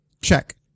check